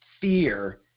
fear